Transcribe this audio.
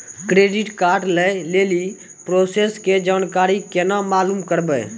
Credit card लय लेली process के जानकारी केना मालूम करबै?